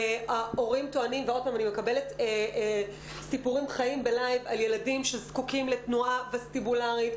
אני מקבלת סיפורים חיים ב- Lifeעל ילדים שזקוקים לתנועה וסטיבולרית.